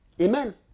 Amen